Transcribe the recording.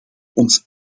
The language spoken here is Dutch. ons